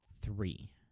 three